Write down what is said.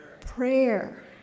prayer